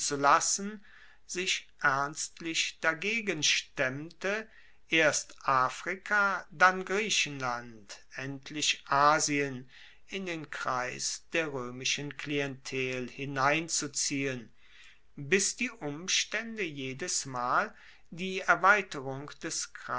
lassen sich ernstlich dagegen stemmte erst afrika dann griechenland endlich asien in den kreis der roemischen klientel hineinzuziehen bis die umstaende jedesmal die erweiterung des